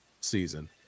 season